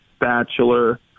bachelor